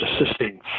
assisting